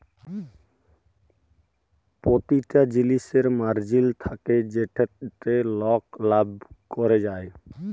পতিটা জিলিসের মার্জিল থ্যাকে যেটতে লক লাভ ক্যরে যায়